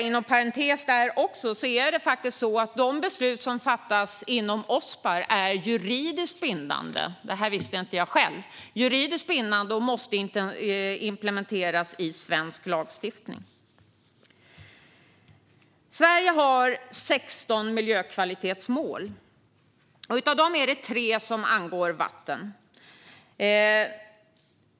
Inom parentes sagt är de beslut som fattas inom Ospar juridiskt bindande - det visste inte jag själv - och måste implementeras i svensk lagstiftning. Sverige har 16 miljökvalitetsmål. Av dem handlar tre om vatten.